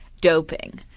Doping